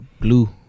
Blue